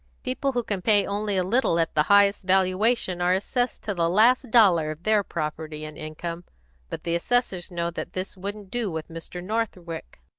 people who can pay only a little at the highest valuation are assessed to the last dollar of their property and income but the assessors know that this wouldn't do with mr. northwick.